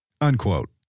unquote